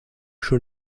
schon